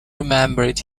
remembered